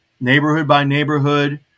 neighborhood-by-neighborhood